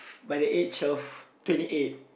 by the age of twenty eight